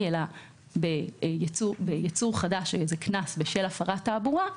אלא ביצור חדש של קנס בשל הפרת תעבורה,